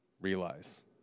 realize